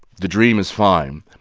the dream is fine,